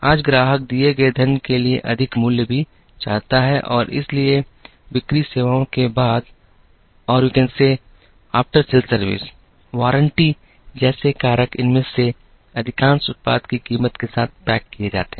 आज ग्राहक दिए गए धन के लिए अधिक मूल्य भी चाहता है और इसलिए बिक्री सेवाओं के बाद गुण वारंटी जैसे कारक इनमें से अधिकांश उत्पाद की कीमत के साथ पैक किए जाते हैं